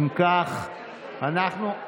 אם כך אנחנו,